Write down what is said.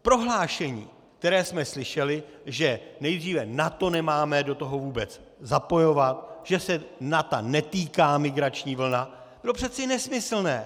Prohlášení, které jsme slyšeli, že nejdříve NATO nemáme do toho vůbec zapojovat, že se NATO netýká migrační vlna, je přece nesmyslné.